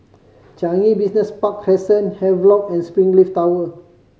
Changi Business Park Crescent Havelock and Springleaf Tower